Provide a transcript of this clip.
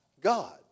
God